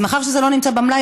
אז מאחר שזה לא נמצא במלאי,